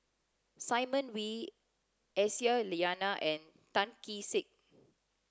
Simon Wee Aisyah Lyana and Tan Kee Sek